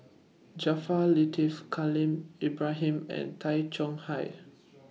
Jaafar Latiff Khalil Ibrahim and Tay Chong Hai